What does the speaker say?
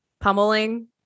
pummeling